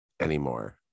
anymore